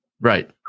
Right